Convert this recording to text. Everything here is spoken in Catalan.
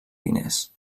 diners